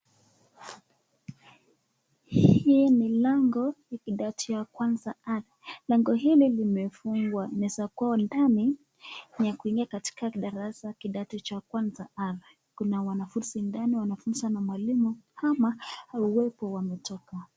Hii ni lango la kidato ya kwanza A. Lango hili limefungwa, inaweza kuwa ndani ni ya kuingia katika darasa kidato cha kwanza A. Kuna wanafunzi ndani. Wanafunzwa na mwalimu ama hawepo wametoka.